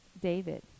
David